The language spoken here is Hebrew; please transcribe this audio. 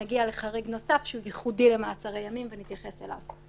ניגע בחריג נוסף שהוא ייחודי למעצרי ימים ונתייחס אליו.